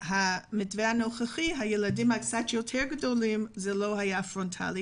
במתווה הנוכחי בקרב הילדים הקצת יותר גדולים זה לא היה פרונטלי,